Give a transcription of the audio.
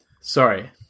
sorry